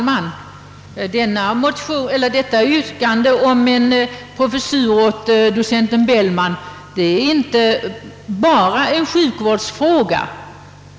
Herr talman! Frågan om en professur åt docenten Bellman är inte bara en sjukvårdsfråga.